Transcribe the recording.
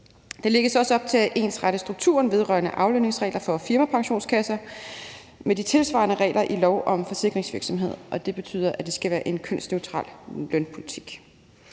Der lægges også op til at ensrette strukturen vedrørende aflønningsregler for firmapensionskasser i forhold til de tilsvarende regler i lov om forsikringsvirksomhed, og det betyder, at det skal være en kønsneutral lønpolitik.